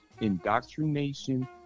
indoctrination